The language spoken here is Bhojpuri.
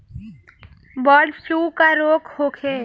बडॅ फ्लू का रोग होखे?